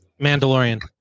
mandalorian